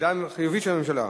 עמדה חיובית של הממשלה.